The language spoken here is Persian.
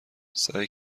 سعی